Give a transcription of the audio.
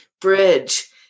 bridge